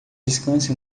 descanse